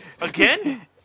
Again